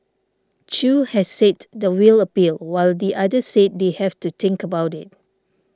Chew has said the will appeal while the other said they have to think about it